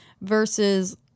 versus